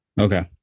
Okay